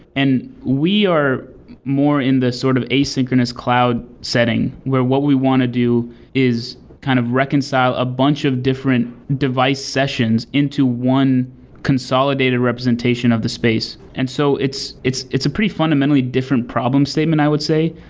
and we are more in the sort of asynchronous cloud setting where what we want to do is kind of reconcile a bunch of different device sessions into one consolidated representation of the space. and so it's it's a pretty fundamentally different problem statement i would say.